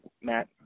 Matt